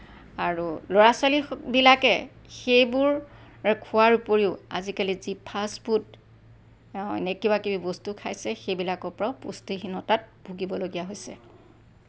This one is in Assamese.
আৰু ল'ৰা ছোৱালীবিলাকে সেইবোৰ খোৱাৰ উপৰিও আজিকালি যি ফাষ্টফুড অনেক কিবা কিবি বস্তু খাইছে সেইবিলাকৰ পৰাও পুষ্টিহীনতাত ভুগিব লগীয়া হৈছে